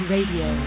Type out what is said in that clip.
Radio